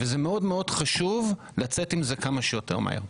זה מאוד חשוב לצאת עם זה כמה שיותר מהר.